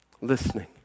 listening